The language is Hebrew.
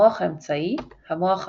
המוח האמצעי המוח האחורי.